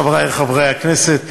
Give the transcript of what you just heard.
חברי חברי הכנסת,